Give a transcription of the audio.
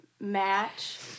match